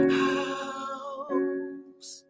house